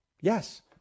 Yes